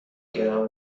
گرم